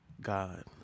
God